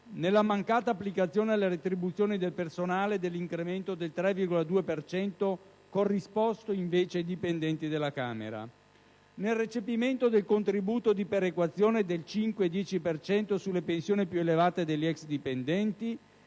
nella mancata applicazione alle retribuzioni del personale dell'incremento del 3,2 per cento corrisposto invece ai dipendenti della Camera; nel recepimento del contributo di perequazione del 5 e del 10 per cento sulle pensioni più elevate degli ex dipendenti